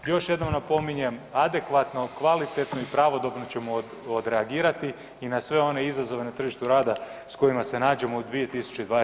Još jednom napominjem, adekvatno, kvalitetno i pravodobno ćemo odreagirati i na sve one izazove na tržištu rada s kojima se nađemo u 2021. godini.